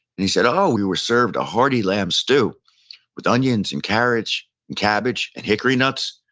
he said, oh, we were served a hearty lamb stew with onions and carrots and cabbage and hickory nuts,